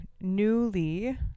newly